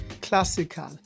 classical